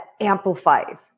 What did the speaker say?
amplifies